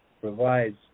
provides